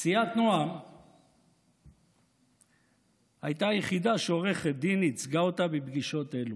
סיעת נעם הייתה היחידה שעורכת דין ייצגה אותה בפגישות אלו,